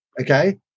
Okay